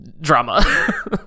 drama